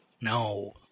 No